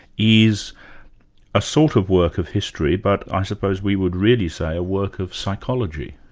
is a sort of work of history, but i suppose we would really say a work of psychology.